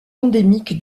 endémique